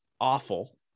awful